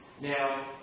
Now